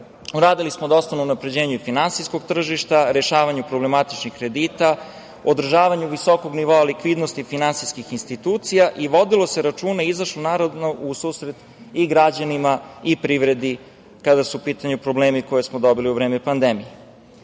smo dosta na unapređenju finansijskog tržišta, rešavanju problematičnih kredita, održavanju visokog nivoa likvidnosti finansijskih institucija i vodilo se računa i izašlo u susret i građanima i privredi kada su u pitanju problemi koje smo dobili u vreme pandemije. Takođe,